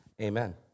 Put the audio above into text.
Amen